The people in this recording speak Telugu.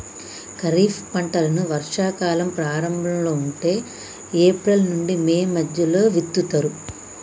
ఖరీఫ్ పంటలను వర్షా కాలం ప్రారంభం లో అంటే ఏప్రిల్ నుంచి మే మధ్యలో విత్తుతరు